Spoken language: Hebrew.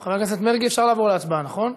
חבר הכנסת מרגי, אפשר לעבור להצבעה, נכון?